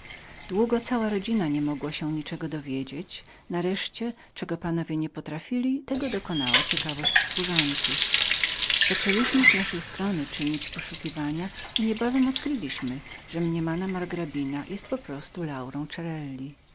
długo cała rodzina nie mogła wywiedzieć się o szczegółach nareszcie czego panowie nie potrafili tego dokonała ciekawość służących zaczęliśmy z naszej strony czynić poszukiwania i niebawem odkryliśmy że mniemana margrabina była tą samą laurą